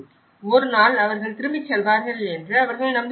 ஒருநாள் அவர்கள் திரும்பிச் செல்வார்கள் என்று அவர்கள் நம்புகிறார்கள்